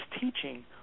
teaching